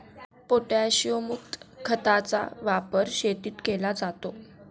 पोटॅशियमयुक्त खताचा वापर शेतीत केला जातो